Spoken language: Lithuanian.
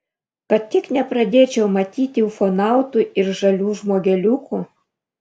kad tik nepradėčiau matyti ufonautų ir žalių žmogeliukų